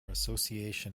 association